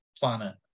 planet